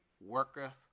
worketh